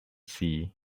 sea